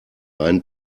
einen